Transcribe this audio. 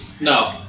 no